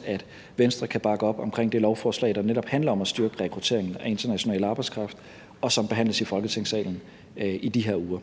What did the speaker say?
håber, at Venstre kan bakke op omkring det lovforslag, der netop handler om at styrke rekrutteringen af international arbejdskraft, og som behandles i Folketingssalen i de her uger.